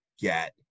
get